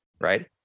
right